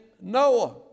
Noah